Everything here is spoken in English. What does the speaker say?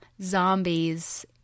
zombies